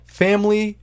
family